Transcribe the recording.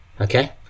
okay